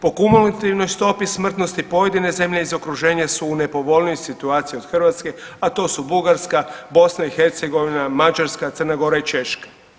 Po kumulativnoj stopi smrtnosti pojedine zemlje iz okruženja su u nepovoljnijoj situaciji od Hrvatske, a to su Bugarska, Bosna i Hercegovina, Mađarska, Crna Gora i Češka.